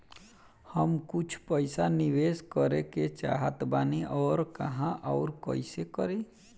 हम कुछ पइसा निवेश करे के चाहत बानी और कहाँअउर कइसे करी?